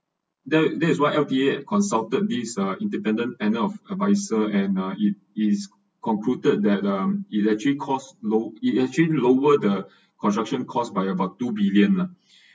that that is why L_T_A consultant this uh independent panel of advisor and uh it is concluded that um it actually costs low it actually lower the construction costs by about two billion lah